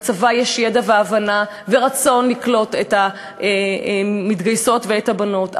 בצבא יש ידע והבנה ורצון לקלוט את המתגייסות ואת הבנות.